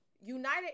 United